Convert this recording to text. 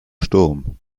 sturm